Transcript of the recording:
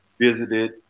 visited